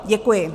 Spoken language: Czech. Děkuji.